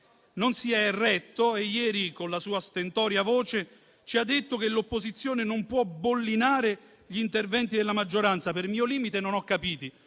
non si è retto e ieri, con la sua stentorea voce, ci ha detto che l'opposizione non può bollinare gli interventi della maggioranza. Per mio limite non ho capito